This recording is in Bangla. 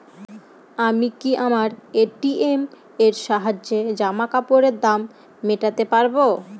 আমি কি আমার এ.টি.এম এর সাহায্যে জামাকাপরের দাম মেটাতে পারব?